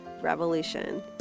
revolution